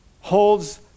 holds